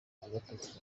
agatoki